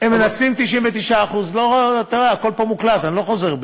מנצלים 99%. הכול פה מוקלט, אני לא חוזר בי.